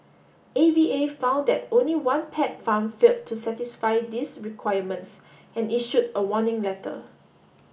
A V A found that only one pet farm failed to satisfy these requirements and issued a warning letter